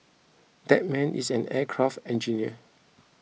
that man is an aircraft engineer